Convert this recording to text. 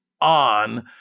on